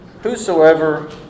Whosoever